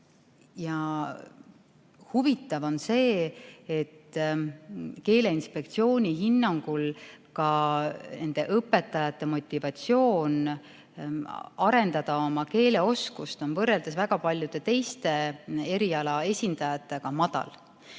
Huvitav on see, et keeleinspektsiooni hinnangul on nende õpetajate motivatsioon arendada oma keeleoskust, võrreldes väga paljude teiste erialade esindajatega, madal.